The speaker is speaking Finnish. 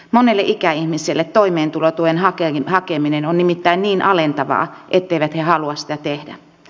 monelle ikäihmiselle toimeentulotuen hakeminen on nimittäin niin alentavaa etteivät he halua sitä tehdä